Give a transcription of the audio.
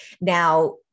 Now